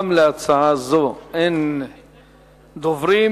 גם בהצעה זו אין דוברים.